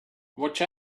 watch